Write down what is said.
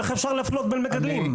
איך אפשר להפלות בין מגדלים?